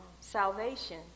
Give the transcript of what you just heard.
salvation